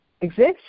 exist